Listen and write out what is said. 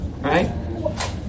right